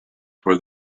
for